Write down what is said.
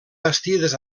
bastides